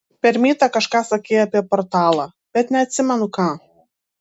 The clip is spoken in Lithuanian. per mytą kažką sakei apie portalą bet neatsimenu ką